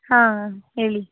ಹಾಂ ಹೇಳಿ